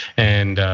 and